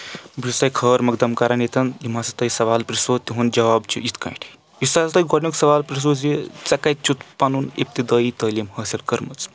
بہٕ چھُس تۄہہِ خٲر مۄقدم کران یتن یِم ہَسا تۄہہِ سوال پرٛژھو تِہُنٛد جواب چھُ یِتھ کٲٹھۍ یُس ہسا تۄہہِ گۄڈنیُک سوال پرژھو زِ ژےٚ کَتہِ چھُتھ پَنُن اِبتِدٲیہِ تعلیٖم حٲصِل کٔرمٕژ